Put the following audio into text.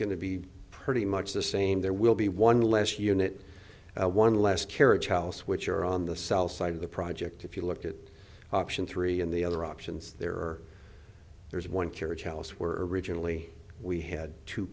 going to be pretty much the same there will be one less unit one less carriage house which are on the south side of the project if you look at option three in the other options there are there's one carriage house were originally we had two